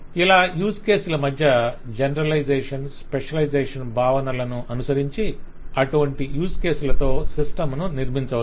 ఇలా యూస్ కేసుల మధ్య జనరలైజషన్ - స్పెషలైజేషన్ భావనలను అనుసరించి అటువంటి యూస్ కేసులతో సిస్టమ్ ను నిర్మించవచ్చు